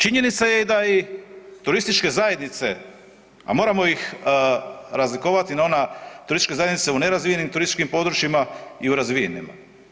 Činjenica je da i turističke zajednice, a moramo ih razlikovati na one turističke zajednice u nerazvijenim turističkim područjima i u razvijenima.